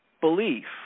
belief